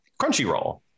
Crunchyroll